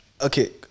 okay